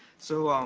so,